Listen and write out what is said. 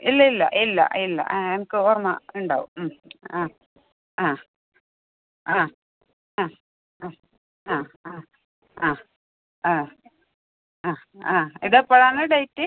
ഇല്ല ഇല്ല ഇല്ല ഇല്ല എനിക്ക് ഓർമ്മയുണ്ടാവും ഉം ആ ആ ആ ആ ആ ആ ആ ആ ആ ആ ആ ഇത് എപ്പോഴാണ് ഡേറ്റ്